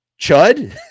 chud